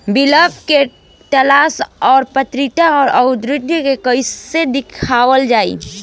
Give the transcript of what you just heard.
विकल्पों के तलाश और पात्रता और अउरदावों के कइसे देखल जाइ?